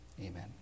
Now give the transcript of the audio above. Amen